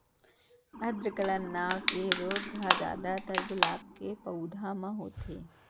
आद्र गलन नांव के रोग ह जादातर गुलाब के पउधा म होथे